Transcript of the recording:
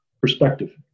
perspective